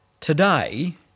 Today